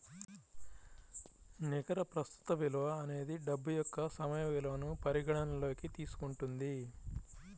నికర ప్రస్తుత విలువ అనేది డబ్బు యొక్క సమయ విలువను పరిగణనలోకి తీసుకుంటుంది